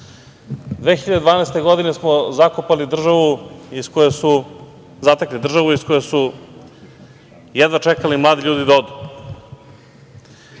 2012. godine smo zatekli državu iz koje su jedva čekali mladi ljudi da odu.